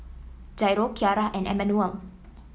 Jairo Kyara and Emanuel